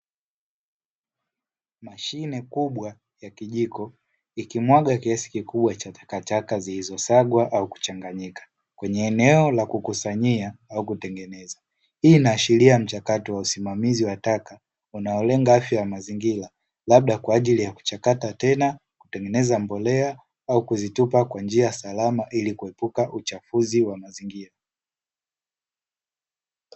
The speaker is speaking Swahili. Mashine kubwa ya kijiko ikimwaga kiasi kikubwa cha takataka zilizosagwa au kuchanganyika kwenye eneo la kukusanyia au kutengeneza, hii inaashiria mchakato wa usimamizi wa taka unaolenga afya ya mazingira labda kwa ajili ya kuchakata tena kutengeneza mbolea, au kuzitupa kwa njia ya salama ili kuepuka uchafuzi wa mazingira.